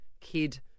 kid